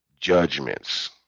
judgments